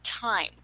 time